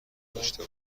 داشته